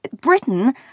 Britain